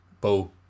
Bo